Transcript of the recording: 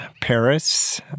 Paris